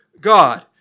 God